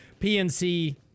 PNC-